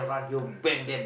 correct correct